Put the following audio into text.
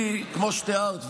כי כמו שתיארת,